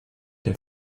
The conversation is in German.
der